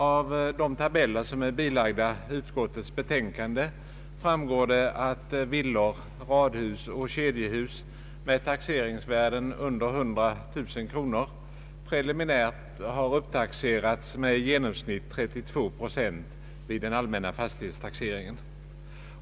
Av de tabeller som fogats till utskottets betänkande framgår att villor, radhus och kedjehus med taxeringsvärden under 100000 kronor preliminärt har upptaxerats med i genomsnitt 32 procent vid den allmänna fastighetstaxeringen.